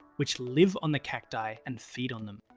which live on the cacti and feed on them.